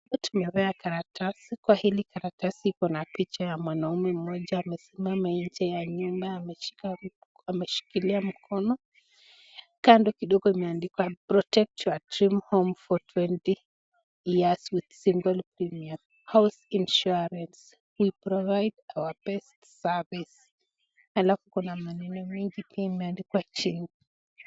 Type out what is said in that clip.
Hapa tumepewa karatasi, kwa hili karatasi kuna picha ya mwanaume mmoja amesimama nje ya nyumba ameshikilia mikono. Kando kidogo kumeandikwa protect your dream home for 20 years with single premium, House insurance, we provide our best service . Halafu kuna maneno mingi pia imeandikwa chini.